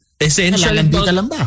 Essential